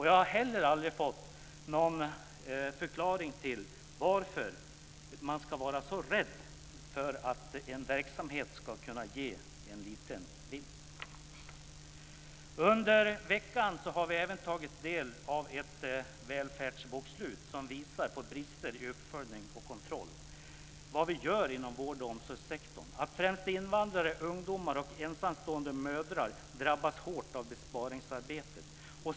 Jag har heller aldrig fått någon förklaring till varför man ska vara så rädd för att en verksamhet ska kunna ge en liten vinst. Under veckan har vi även tagit del av ett välfärdsbokslut som visar på brister i uppföljning och kontroll av vad vi gör inom vård och omsorgssektorn. Den visar att främst invandrare, ungdomar och ensamstående mödrar drabbats hårt av besparingsarbetet.